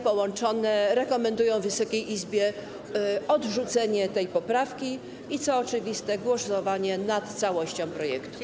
Połączone komisje rekomendują Wysokiej Izbie odrzucenie tej poprawki i co oczywiste, głosowanie nad całością projektu.